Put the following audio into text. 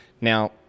Now